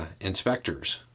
inspectors